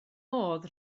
modd